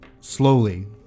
slowly